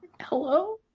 Hello